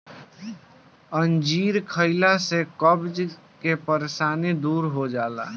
अंजीर खइला से कब्ज के परेशानी दूर हो जाला